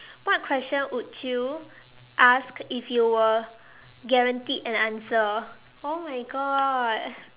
what question would you ask if you were guaranteed an answer oh my god